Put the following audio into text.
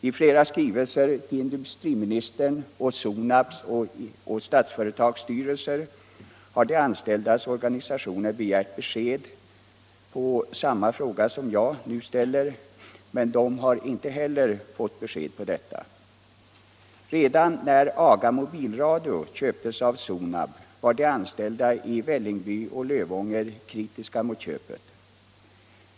I flera skrivelser till industriministern samt till Sonabs och Statsföretags styrelser har de anställdas organisationer begärt svar Nr 73 på samma fråga som jag nu har ställt, men inte heller de har fått något Torsdagen den besked. Redan när AGA Mobilradio köptes av Sonab var de anställda 26 februari 1976 i Vällingby och Lövånger kritiska mot köpet.